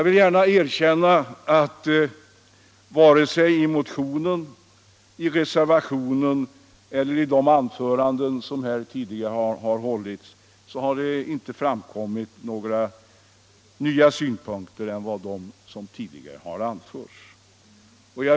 Varken i motionen, i reservationen eller i de anföranden som har hållits här har några nya synpunkter förts fram.